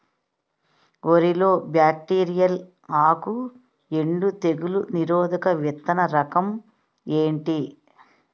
వరి లో బ్యాక్టీరియల్ ఆకు ఎండు తెగులు నిరోధక విత్తన రకం ఏంటి?